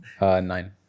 Nine